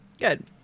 Good